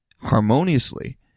harmoniously